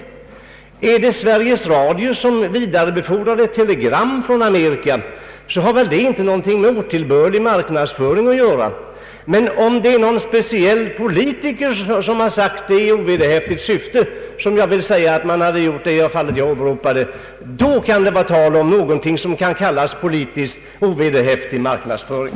Har Sveriges Radio vidarebefordrat ett telegram från Amerika har det ingenting med otillbörlig marknadsföring att göra, men om någon speciell politiker har sagt detta i ovederhäftigt syfte, vilket jag anser hade skett i det fall jag åberopade, kan det vara tal om något som kan kallas politiskt ovederhäftig marknadsföring.